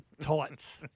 tights